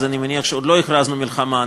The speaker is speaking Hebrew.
אז אני מניח שעוד לא הכרזנו מלחמה,